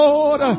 Lord